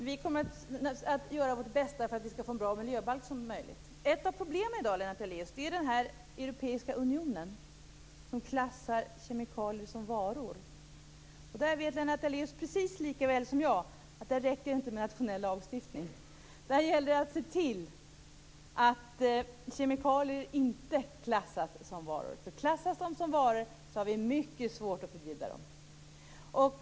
Herr talman! Vi kommer naturligtvis att göra vårt bästa för att få en så bra miljöbalk som möjligt. Ett av problemen i dag är den europeiska unionen, som klassar kemikalier som varor. Lennart Daléus vet precis lika väl som jag att det inte räcker med nationell lagstiftning. Där gäller det att se till att kemikalier inte klassas som varor. Om de klassas som varor har vi mycket svårt att förbjuda dem.